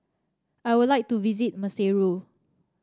I would like to visit Maseru